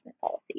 policies